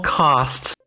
costs